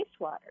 wastewater